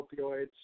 opioids